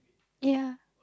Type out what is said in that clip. ya